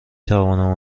توانم